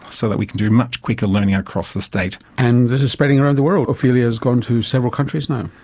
so that we can do much quicker learning across the state. and this is spreading around the world, ophelia has gone to several countries now.